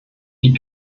die